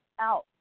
out